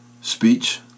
speech